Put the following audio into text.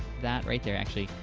that, right there. actually,